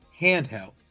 handheld